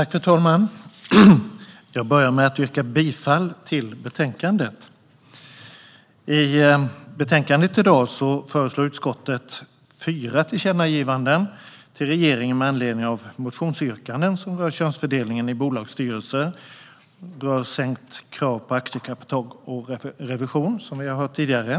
Fru talman! Jag börjar med att yrka bifall till förslaget i betänkandet. I betänkandet föreslår utskottet fyra tillkännagivanden till regeringen med anledning av motionsyrkanden som rör könsfördelningen i bolagsstyrelser och sänkt krav på aktiekapital och revision, som vi har hört tidigare.